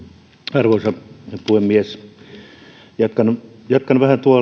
arvoisa puhemies jatkan vähän